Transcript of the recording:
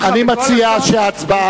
אני מציע שההצבעה,